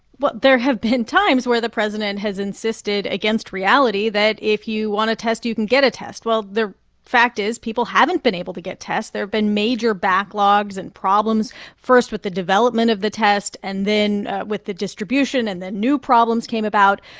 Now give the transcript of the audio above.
well, there have been times where the president has insisted against reality that if you want a test, you can get a test. well, the fact is people haven't been able to get tests. there have been major backlogs and problems, first with the development of the test, and then with the distribution, and then new problems came about.